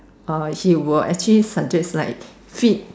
oh he will actually suggest like feed